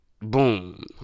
boom